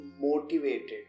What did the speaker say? motivated